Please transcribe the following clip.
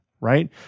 right